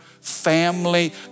family